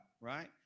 right